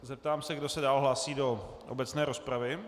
Zeptám se, kdo se dál hlásí do obecné rozpravy.